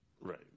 Right